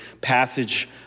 passage